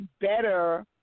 better